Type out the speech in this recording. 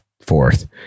fourth